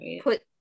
put